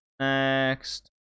Next